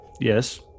Yes